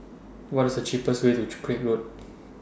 What IS The cheapest Way to Craig Road